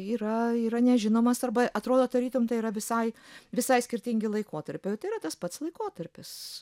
yra yra nežinomas arba atrodo tarytum tai yra visai visai skirtingi laikotarpiai yra tas pats laikotarpis